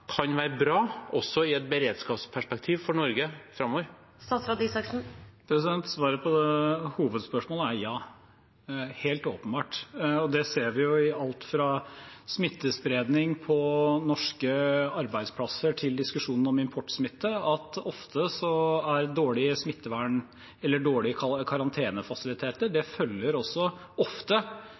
kan være bra også i et beredskapsperspektiv for Norge framover? Svaret på hovedspørsmålet er ja, helt åpenbart. Vi ser jo i alt fra smittespredning på norske arbeidsplasser til diskusjonen om importsmitte at dårlige karantenefasiliteter ofte også følger arbeidsgivere som er useriøse og har dårlige vilkår på andre områder. Men det